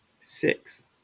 six